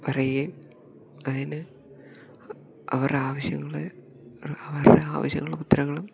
പറയുകയും അതിന് അവരുടെ ആവശ്യങ്ങൾ അവരുടെ ആവശ്യങ്ങളുടെ ഉത്തരങ്ങളും